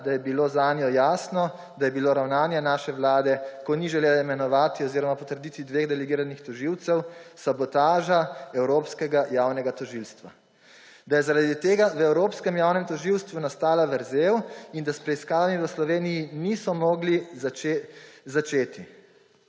da je bilo zanjo jasno, da je bilo ravnanje naše vlade, ko ni želela imenovati oziroma potrditi dveh delegiranih tožilcev, sabotaža evropskega javnega tožilstva. Da je zaradi tega v evropskem javnem tožilstvu nastala vrzel in da s preiskavami v Sloveniji niso mogli začeti.